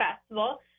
Festival